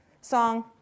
song